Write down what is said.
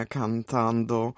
cantando